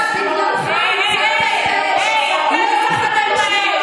היי היי היי, אתם הצתם את האש.